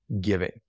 giving